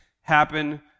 happen